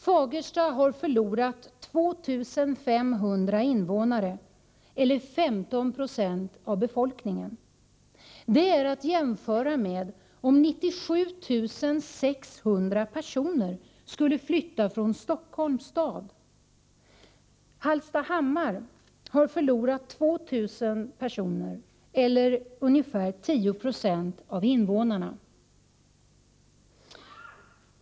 Fagersta har förlorat 2 500 invånare eller 15 96 av befolkningen — det är att jämföra med om 97 600 personer skulle flytta från Stockholms stad. Hallstahammar har förlorat 2 000 personer eller ungefär 10 9e av invånarna.